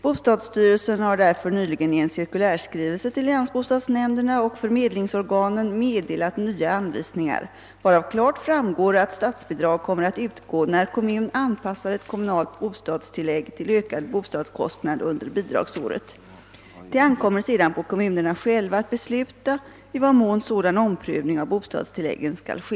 Bostadsstyrelsen har därför nyligen i en cirkulärskrivelse till länsbostadsnämnderna och förmedlingsorganen meddelat nya anvisningar, varav klart framgår att statsbidrag kommer att utgå när kommun anpassar ett kommunalt bostadstillägg till ökad bostadskostnad under bidragsåret. Det ankommer sedan på kommunerna själva att besluta i vad mån sådan omprövning av bostadstilläggen skall ske.